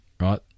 right